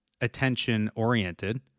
attention-oriented